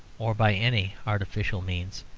or by any artificial means.